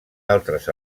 altres